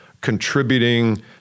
contributing